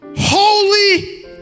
Holy